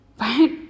right